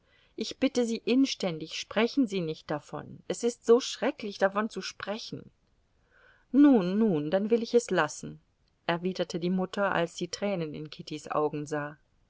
ich bitte sie inständig sprechen sie nicht davon es ist so schrecklich davon zu sprechen nun nun dann will ich es lassen erwiderte die mutter als sie tränen in kittys augen sah